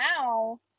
now